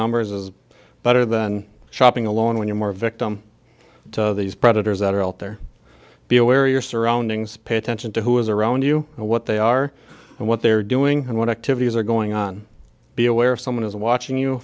numbers as better than shopping alone when you're more a victim of these predators that are out there be aware of your surroundings pay attention to who is around you and what they are and what they're doing and what activities are going on be aware of someone is watching you